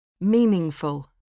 Meaningful